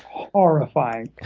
horrifying.